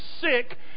sick